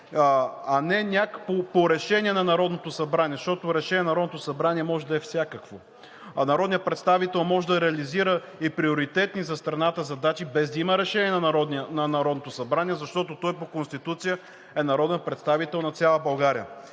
а не е някакво решение на Народното събрание. Решението на Народното събрание може да е всякакво, а народният представител може да реализира приоритетни за страната задачи, без да има решение на Народното събрание, защото по Конституция той е народен представител на цяла България.